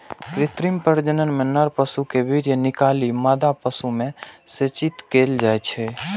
कृत्रिम प्रजनन मे नर पशु केर वीर्य निकालि मादा पशु मे सेचित कैल जाइ छै